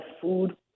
food